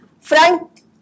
Frank